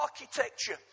architecture